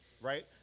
right